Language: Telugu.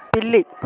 పిల్లి